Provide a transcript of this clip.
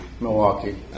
Milwaukee